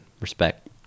Respect